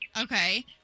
Okay